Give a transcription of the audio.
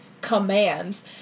commands